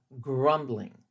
grumbling